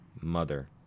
mother